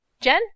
Jen